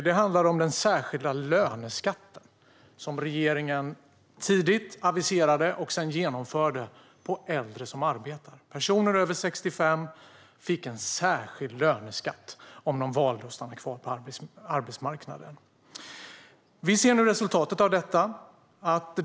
Det handlar om den särskilda löneskatten som regeringen tidigt aviserade och sedan genomförde för äldre som arbetar. Personer över 65 år fick en särskild löneskatt om de valde att stanna kvar på arbetsmarknaden. Vi ser nu resultatet av detta.